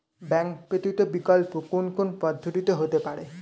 Bank ব্যতীত বিকল্প কোন কোন পদ্ধতিতে হতে পারে?